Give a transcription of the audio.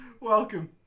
Welcome